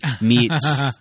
meets